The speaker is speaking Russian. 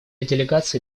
делегаций